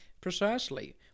Precisely